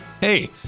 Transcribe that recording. Hey